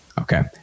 okay